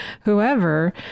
whoever